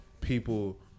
people